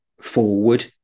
forward